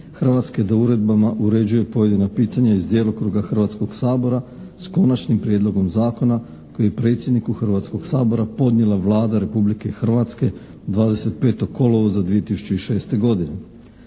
Hrvatske da uredbama uređuje pojedina pitanja iz djelokruga Hrvatskog sabora, s Konačnim prijedlogom zakona koji je predsjedniku Hrvatskog sabora podnijela Vlada Republike Hrvatske 25. kolovoza 2006. godine.